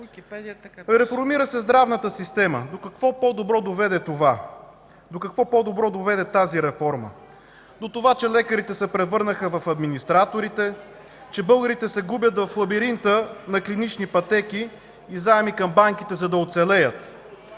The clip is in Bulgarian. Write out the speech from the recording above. по-добро доведе това? До какво по-добро доведе тази реформа? До това, че лекарите се превърнаха в администратори, че българите се губят в лабиринта на клинични пътеки и заеми към банките, за да оцелеят.